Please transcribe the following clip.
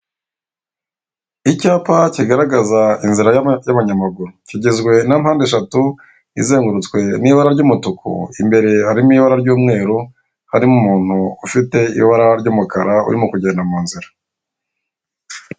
Icyapa kigaragaraza inzira y'abanyamaguru kigizwe na mpande eshatu izengurutswe n'ibara ry'umutuku, imbere harimo ibara ry'umweru harimo umuntu ufite ibara ry'umukara urimo kugenda mu nzira.